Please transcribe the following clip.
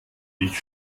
ich